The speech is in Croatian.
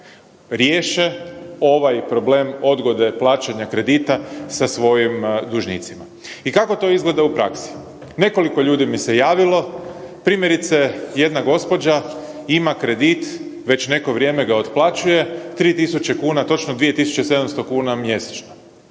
riješe ovaj problem odgode plaćanja kredita sa svojim dužnicima. I kako to izgleda u praksi? Nekoliko ljudi mi se javilo, primjerice, jedna gospođa ima kredit, već neko vrijeme ga otplaćuje, 3 tisuće kuna, točno 2700 kn mjesečno.